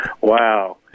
wow